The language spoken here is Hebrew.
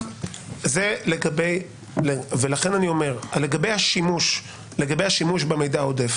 לגבי השימוש במידע העודף